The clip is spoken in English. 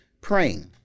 praying